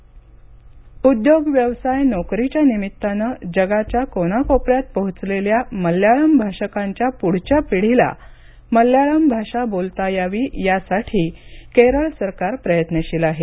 मल्याळम शिक्षणवर्ग उद्योग व्यवसाय नोकरीच्या निमित्ताने जगाच्या कोनाकोपऱ्यात पोहोचलेल्या मल्याळम भाषकांच्या पुढच्या पिढीला मल्याळम भाषा बोलता यावी यासाठी केरळ सरकार प्रयत्नशील आहे